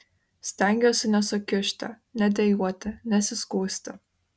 stengiuosi nesukiužti nedejuoti nesiskųsti